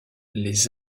les